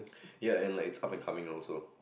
ya and likes up and coming also